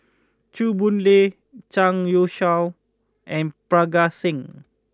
Chew Boon Lay Zhang Youshuo and Parga Singh